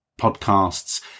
podcasts